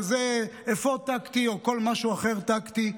לזה אפוד טקטי או כל משהו טקטי אחר.